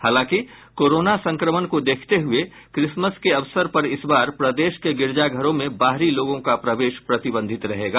हालांकि कोरोना संक्रमण को देखते हुए क्रिसमस के अवसर पर इस बार प्रदेश के गिरिजाघरों में बाहरी लोगों का प्रवेश प्रतिबंधित रहेगा